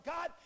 God